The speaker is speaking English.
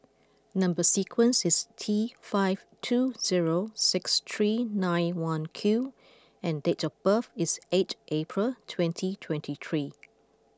number sequence is T five two zero six three nine one Q and date of birth is eight April twenty twenty three